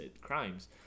crimes